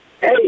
Hey